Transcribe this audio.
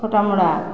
ଛଟାମଡ଼ା